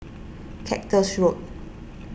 Cactus Road